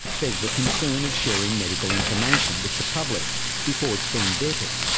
there is the concern of sharing medical information with the public before it's been vetted,